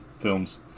films